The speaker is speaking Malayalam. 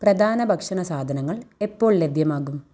പ്രധാന ഭക്ഷണ സാധനങ്ങൾ എപ്പോൾ ലഭ്യമാകും